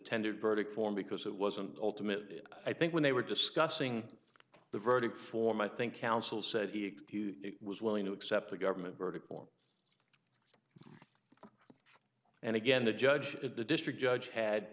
ender verdict form because it wasn't ultimately i think when they were discussing the verdict form i think counsel said he was willing to accept the government vertical and again the judge at the district judge had